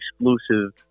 exclusive